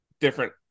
different